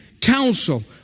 counsel